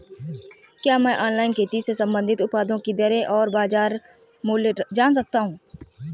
क्या मैं ऑनलाइन खेती से संबंधित उत्पादों की दरें और बाज़ार मूल्य जान सकता हूँ?